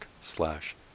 slash